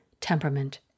temperament